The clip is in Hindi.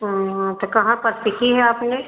हाँ तो कहाँ पर सीखी हैं आपने